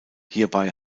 hierbei